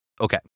okay